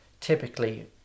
typically